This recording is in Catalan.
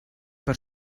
per